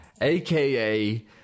aka